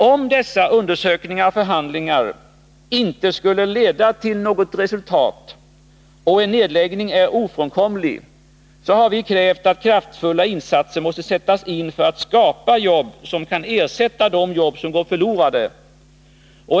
Om dessa undersökningar och förhandlingar inte skulle leda till något resultat och en nedläggning är ofrånkomlig, måste kraftfulla insatser sättas in för att skapa jobb som kan ersätta de jobb som går förlorade.